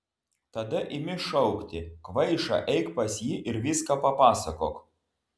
tada imi šaukti kvaiša eik pas jį ir viską papasakok